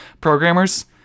programmers